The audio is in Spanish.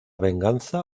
venganza